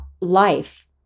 life